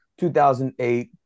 2008